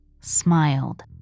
smiled